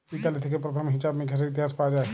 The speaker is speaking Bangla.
ইতালি থেক্যে প্রথম হিছাব মিকাশের ইতিহাস পাওয়া যায়